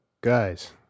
guys